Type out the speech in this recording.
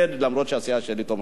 אף שהסיעה שלי תומכת בחוק.